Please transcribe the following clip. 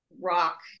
rock